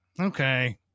okay